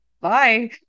Bye